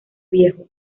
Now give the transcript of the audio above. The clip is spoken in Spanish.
viejo